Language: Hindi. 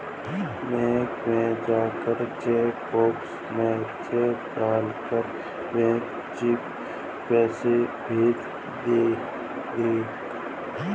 बैंक में जाकर चेक बॉक्स में चेक डाल कर बैंक चिप्स पैसे भेज देगा